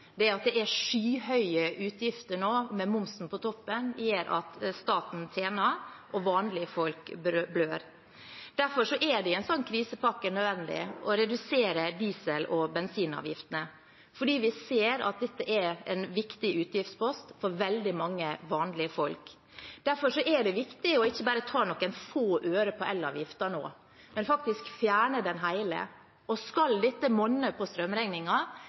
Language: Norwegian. Det at det er skyhøye utgifter nå, med momsen på toppen, gjør at staten tjener og vanlige folk blør. Derfor er det i en sånn krisepakke nødvendig å redusere diesel- og bensinavgiftene, for vi ser at dette er en viktig utgiftspost for veldig mange vanlige folk. Derfor er det viktig ikke bare å ta noen få øre på elavgiften nå, men faktisk fjerne den helt. Skal dette monne på